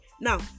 now